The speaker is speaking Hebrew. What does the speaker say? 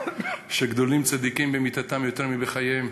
שגדולים צדיקים במיתתם יותר מבחייהם,